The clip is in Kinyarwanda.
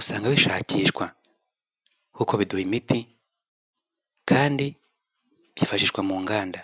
usanga bishakisha kuko biduha imiti kandi byifashishwa mu nganda.